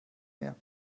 mehr